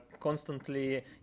constantly